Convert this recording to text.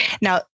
Now